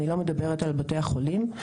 אני לא מדברת על בתי החולים,